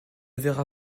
verra